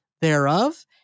thereof